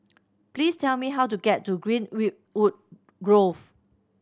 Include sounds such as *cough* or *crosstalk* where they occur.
please tell me how to get to Green *unintelligible* wood Grove